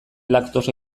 laktosa